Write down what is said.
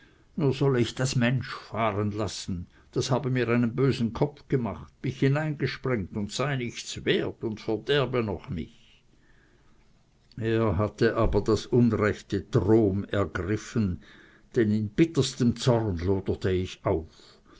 nur solle ich das mensch fahren lassen das habe mir einen bösen kopf gemacht mich hineingesprengt und sei nichts wert und verderbe noch mich er hatte aber das unrechte trom ergriffen denn in bitterstem zorn loderte ich auf